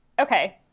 Okay